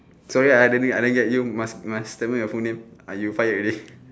sorry I didn't I didn't get you must must tell me your full name uh you fire already